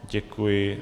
Děkuji.